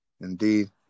indeed